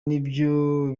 nabyo